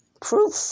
Proof